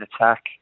attack